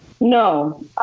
no